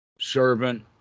Servant